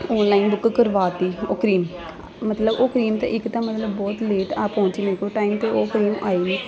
online book ਕਰਵਾ ਦਿੱਤੀ ਉਹ ਕਰੀਮ ਮਤਲਬ ਉਹ ਕਰੀਮ ਤਾਂ ਇੱਕ ਤਾਂ ਮਤਲਬ ਬਹੁਤ ਲੇਟ ਆ ਪਹੁੰਚੀ ਮੇਰੇ ਕੋਲ ਟਾਈਮ 'ਤੇ ਉਹ ਕਰੀਮ ਆਈ ਨਹੀਂ